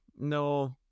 No